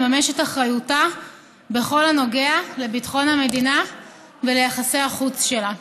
לממש את אחריותה בכל הנוגע לביטחון המדינה וליחסי החוץ שלה.